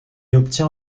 obtient